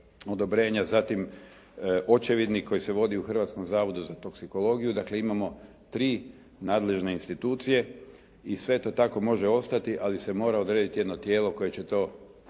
odobrenja. Zatim očevidnik koji se vodi u Hrvatskom zavodu za toksikologiju. Dakle, imamo tri nadležne institucije i sve to tako može ostati, ali se mora odrediti jedno tijelo koje će to